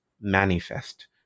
manifest